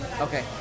Okay